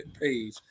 page